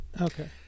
Okay